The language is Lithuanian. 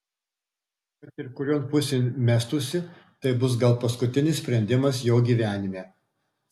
kad ir kurion pusėn mestųsi tai bus gal paskutinis sprendimas jo gyvenime